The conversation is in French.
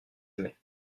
aimaient